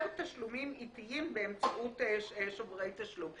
תשלומים עיתיים באמצעות שוברי תשלום.